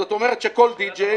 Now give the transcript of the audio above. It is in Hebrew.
זאת אומרת שכל די-ג'יי